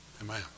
Amen